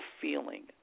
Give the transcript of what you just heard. feeling